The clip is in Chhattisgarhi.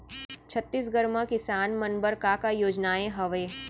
छत्तीसगढ़ म किसान मन बर का का योजनाएं हवय?